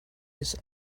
his